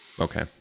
okay